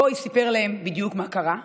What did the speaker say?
הגוי סיפר להם בדיוק מה קרה,